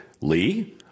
Lee